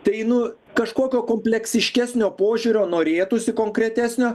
tai nu kažkokio kompleksiškesnio požiūrio norėtųsi konkretesnio